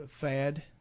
fad